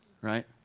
right